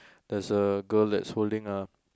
there's a girl that's holding a